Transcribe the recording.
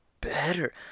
better